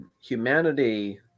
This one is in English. humanity